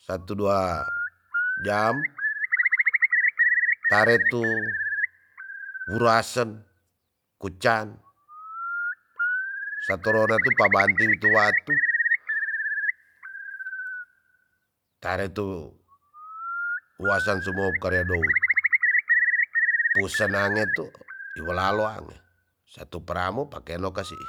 satu dua jam tare tu nuruasen kucan satorona tu pa banting tua tu tare tu wasen su mo karia dout pu sanange tu i walalo ange satu parabu pakeno kasi i